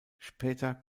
später